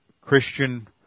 Christian